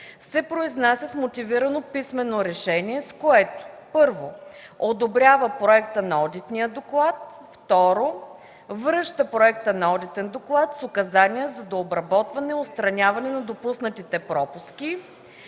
се произнася с мотивирано писмено решение, с което: 1. одобрява проекта на одитния доклад; 2. връща проекта на одитен доклад с указания за дообработване и отстраняване на допуснатите пропуски.”